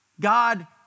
God